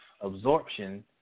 Absorption